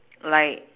like